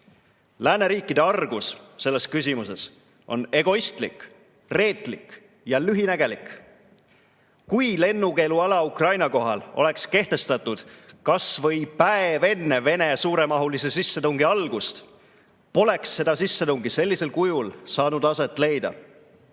Lääneriikide argus selles küsimuses on egoistlik, reetlik ja lühinägelik. Kui lennukeeluala Ukraina kohal oleks kehtestatud kas või päev enne Vene suuremahulise sissetungi algust, poleks seda sissetungi sellisel kujul saanud aset leida.